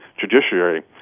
judiciary